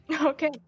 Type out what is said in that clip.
Okay